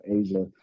Asia